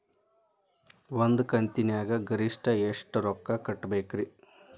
ಒಂದ್ ಕಂತಿನ್ಯಾಗ ಗರಿಷ್ಠ ಎಷ್ಟ ರೊಕ್ಕ ಕಟ್ಟಬೇಕ್ರಿ?